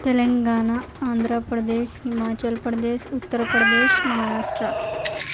Telangana Andhra Pradesh Himachal Pradesh Uttar Pradesh Maharashtra